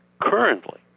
currently